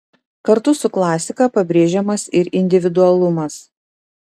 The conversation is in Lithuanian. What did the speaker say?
kartu su klasika pabrėžiamas ir individualumas